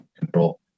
control